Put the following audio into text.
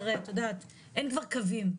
אין כבר קווים,